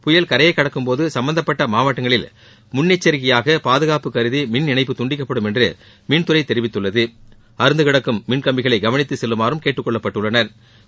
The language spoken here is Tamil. புயல் கரையை கடக்கும் போது சும்பந்தப்பட்ட மாவட்டங்களில் முன்னெச்சரிக்கையாக பாதுகாப்பு கருதி மின் இணைப்பு துண்டிக்கப்படும் என்று மின்துறை தெரிவித்துள்ளது அறுந்து கிடக்கும் மின்கம்பிகளை கவனித்து செல்லுமாறும் கேட்டுக் கொள்ளப்பட்டுள்ளனா்